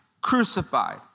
crucified